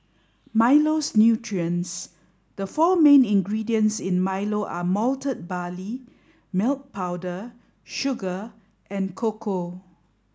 Milo's nutrients The four main ingredients in Milo are malted barley milk powder sugar and cocoa